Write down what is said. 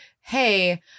hey